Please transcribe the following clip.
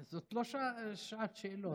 זאת לא שעת שאלות.